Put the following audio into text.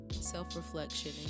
self-reflection